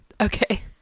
Okay